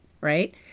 right